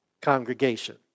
congregation